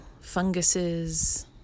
funguses